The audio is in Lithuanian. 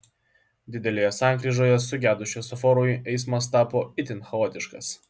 didelėje sankryžoje sugedus šviesoforui eismas tapo itin chaotiškas